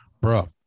Bro